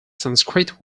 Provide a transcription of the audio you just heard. sanskrit